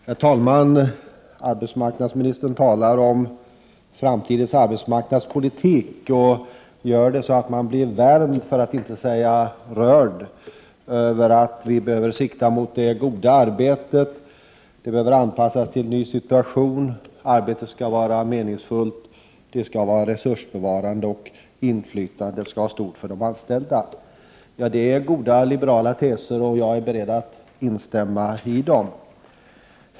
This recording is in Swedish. Herr talman! Arbetsmarknadsministern talar om framtidens arbetsmarknadspolitik, och hon gör det så att man blir varm, för att inte säga rörd. Vi behöver sikta mot det ”goda arbetet,” som behöver anpassas till en ny situation. Arbetet skall vara meningsfullt. Det skall vara resursbevarande och inflytandet för de anställda skall vara stort. Ja, det är goda, liberala teser, och jag är beredd att instämma i dem.